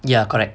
ya correct